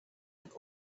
i’ve